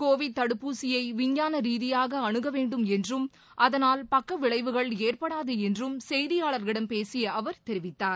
Covid தடுப்பூசியை விஞ்ஞான ரீதியாக அனுக வேண்டும் என்றும் அதனால் பக்கவிளைவுகள் ஏற்படாது என்றும் செய்தியாளர்களிடம் பேசிய அவர் தெரிவித்தார்